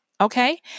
okay